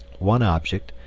one object,